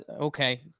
okay